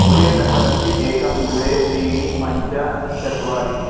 courier number अस्ति एकं द्वे त्रीणि पञ्च चत्वारि